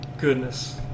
Goodness